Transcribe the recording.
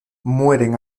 mueren